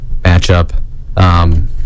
matchup